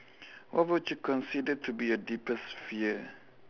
what would you consider to be your deepest fear